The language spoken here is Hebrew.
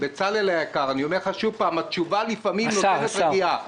השר בצלאל היקר, התשובה לפעמים נותנת רגיעה.